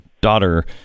daughter